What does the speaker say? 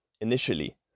initially